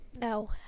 No